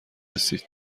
رسید